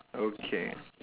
okay